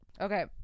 Okay